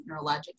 Neurologic